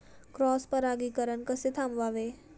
Cross परागीकरण कसे थांबवावे?